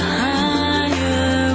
higher